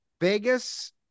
vegas